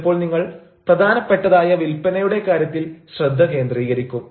ചിലപ്പോൾ നിങ്ങൾ പ്രധാനപ്പെട്ടതായ വില്പനയുടെ കാര്യത്തിൽ ശ്രദ്ധ കേന്ദ്രീകരിക്കും